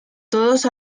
todos